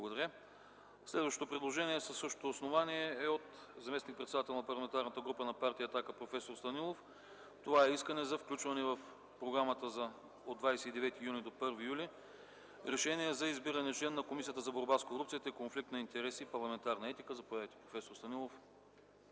е прието. Следващото предложение, със същото основание, е от заместник-председателя на Парламентарната група на Партия „Атака” проф. Станилов. Това е искане за включване в програмата от 29 юни до 1 юли решение за избиране член на Комисията за борба с корупцията и конфликт на интереси и парламентарна етика. Заповядайте господин Станилов.